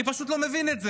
אני פשוט לא מבין את זה.